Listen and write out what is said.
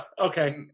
Okay